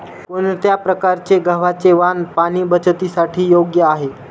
कोणत्या प्रकारचे गव्हाचे वाण पाणी बचतीसाठी योग्य आहे?